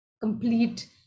complete